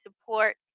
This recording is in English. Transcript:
support